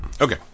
Okay